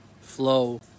flow